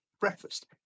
Breakfast